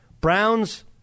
Browns